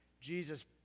Jesus